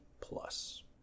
plus